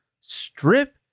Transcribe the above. strip